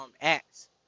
Acts